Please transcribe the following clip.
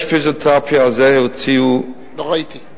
יש פיזיותרפיה, זה הוציאו, לא ראיתי.